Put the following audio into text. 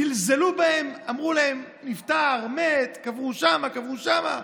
זלזלו בהם, אמרו להם: נפטר, מת, קבור שם, קבור שם.